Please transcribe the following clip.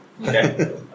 Okay